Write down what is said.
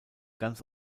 ganz